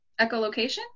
Echolocation